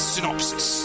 Synopsis